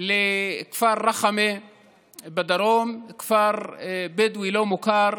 לכפר רחמה בדרום, כפר בדואי לא מוכר,